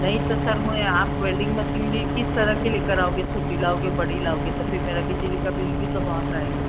नहीं तो सर मैं आप वैल्डिंग मशीन भी किस तरह की ले कर आओगे छोटी लाओगे बड़ी लाओगे तो फिर मेरा बिजली का बिल भी तो बहुत आएगा